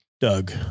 Doug